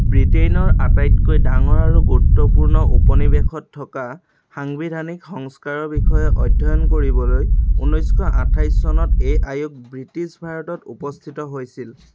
ব্ৰিটেইনৰ আটাইতকৈ ডাঙৰ আৰু গুৰুত্বপূৰ্ণ উপনিৱেশত থকা সাংবিধানিক সংস্কাৰৰ বিষয়ে অধ্যয়ন কৰিবলৈ ঊনৈছশ আঠাইছ চনত এই আয়োগ ব্ৰিটিছ ভাৰতত উপস্থিত হৈছিল